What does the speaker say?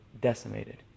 decimated